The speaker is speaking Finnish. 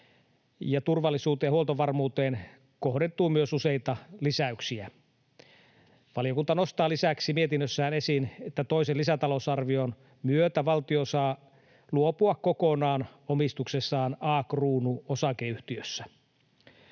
turvallisuuteen ja huoltovarmuuteen kohdentuu useita lisäyksiä. Valiokunta nostaa lisäksi mietinnössään esiin, että toisen lisätalousarvion myötä valtio saa luopua kokonaan omistuksestaan A-Kruunu Oy:ssä.